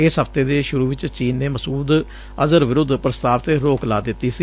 ਇਸ ਹਫਤੇ ਦੇ ਸੁਰੂ ਵਿਚ ਚੀਨ ਨੇ ਮਸੂਦ ਅਜ਼ਹਰ ਵਿਰੁੱਧ ਪ੍ਸਤਾਵ ਤੇ ਰੋਕ ਲਾ ਦਿੱਤੀ ਸੀ